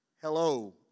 Hello